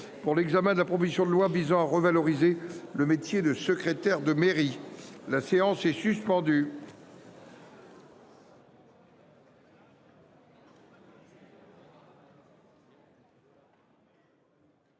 pour l'examen de la proposition de loi visant à revaloriser le métier de secrétaire de mairie. La séance est suspendue.